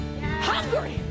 hungry